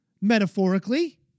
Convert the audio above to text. metaphorically